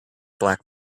black